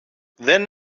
δεν